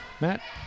Matt